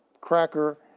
cracker